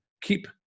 keep